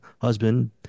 husband